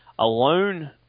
Alone